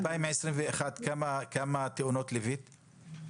ב-2021 כמה תאונות ליווית?